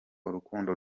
urukundo